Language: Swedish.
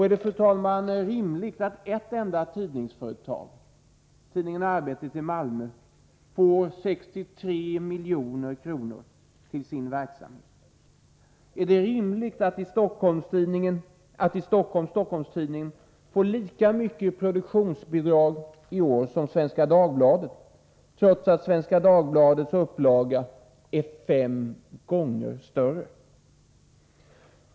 Är det rimligt att ett enda tidningsföretag, tidningen Arbetet i Malmö, får 63 milj.kr. till sin verksamhet? Är det rimligt att i Stockholm Stockholmstidningen får lika mycket i produktionsbidrag i år som Svenska Dagbladet, trots att Svenska Dagbladets upplaga är fem gånger större?